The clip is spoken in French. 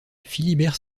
philibert